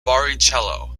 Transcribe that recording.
barrichello